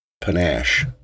panache